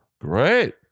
great